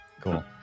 cool